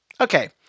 Okay